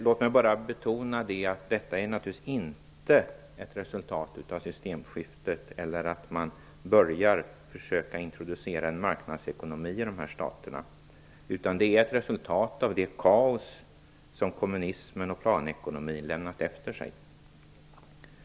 Låt mig bara betona att detta naturligtvis inte är ett resultat av systemskiftet eller att man börjar försöka introducera en marknadsekonomi i dessa stater, utan det är ett resultat av det kaos som kommunismen och planekonomin lämnat efter sig.